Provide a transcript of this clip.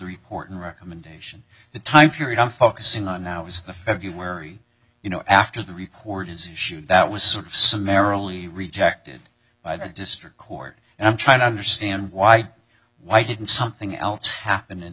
reporting recommendation the time period i'm focusing on now was the february you know after the report is issued that was sort of summarily rejected by the district court and i'm trying to understand why why didn't something else happen in